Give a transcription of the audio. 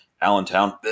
allentown